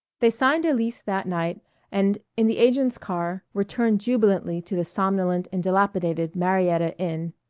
they signed a lease that night and, in the agent's car, returned jubilantly to the somnolent and dilapidated marietta inn,